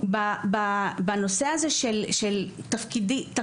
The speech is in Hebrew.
בבקשה מיכל.